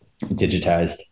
digitized